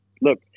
Look